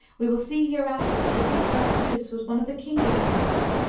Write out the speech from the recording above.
we will see hereafter that the greek god zeus was one of the kings of atlantis.